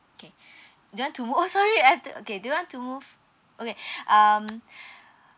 okay do you want to move oh sorry I have to okay do you want to move okay um